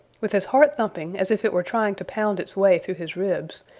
with his heart thumping as if it were trying to pound its way through his ribs,